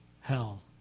hell